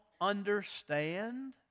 understand